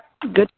Good